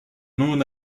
non